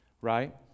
right